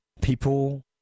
People